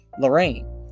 Lorraine